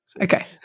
Okay